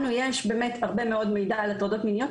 לנו יש באמת הרבה מאוד מידע על הטרדות מיניות,